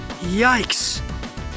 Yikes